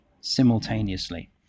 simultaneously